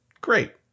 Great